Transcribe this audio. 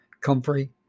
comfrey